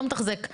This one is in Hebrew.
לא מתחזק.